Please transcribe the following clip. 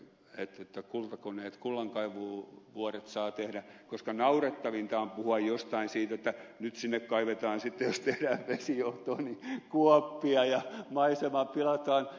kultakoneet kullankaivuvuoret saa tehdä ja naurettavinta on puhua jostain siitä että nyt sinne kaivetaan sitten jos tehdään vesijohtoa kuoppia ja maisema pilataan